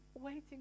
waiting